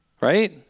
Right